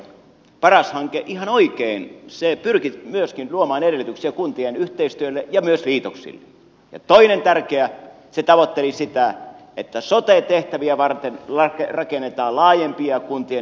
paras hanke ihan oikein pyrki myöskin luomaan edellytyksiä kuntien yhteistyölle ja myös liitoksille ja toinen tärkeä se tavoitteli sitä että sote tehtäviä varten rakennetaan laajempia kuntien yhteistyöalueita